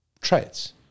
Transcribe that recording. traits